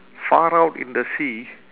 far out in the sea